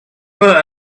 for